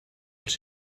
els